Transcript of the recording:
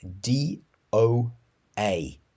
D-O-A